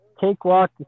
cakewalk